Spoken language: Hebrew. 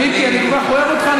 מיקי, אני כל כך אוהב אותך.